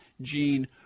Gene